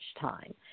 time